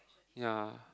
ya